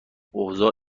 اوضاع